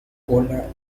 cola